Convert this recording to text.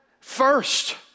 first